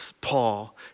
Paul